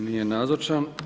Nije nazočan.